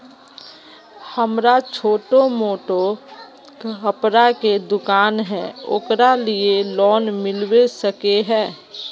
हमरा छोटो मोटा कपड़ा के दुकान है ओकरा लिए लोन मिलबे सके है?